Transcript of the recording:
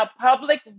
public